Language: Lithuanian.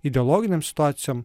ideologinėm situacijom